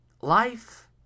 life